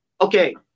Okay